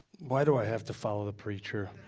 why do i have to follow the preacher?